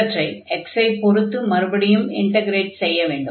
இவற்றை x ஐ பொருத்து மறுபடியும் இன்டக்ரேட் செய்ய வேண்டும்